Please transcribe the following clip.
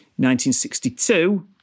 1962